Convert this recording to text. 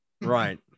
Right